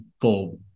full